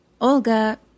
Olga